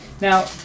Now